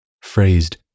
phrased